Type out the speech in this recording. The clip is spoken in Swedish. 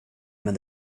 med